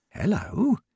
Hello